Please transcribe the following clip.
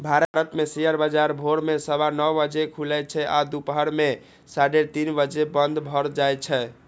भारत मे शेयर बाजार भोर मे सवा नौ बजे खुलै छै आ दुपहर मे साढ़े तीन बजे बंद भए जाए छै